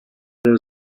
where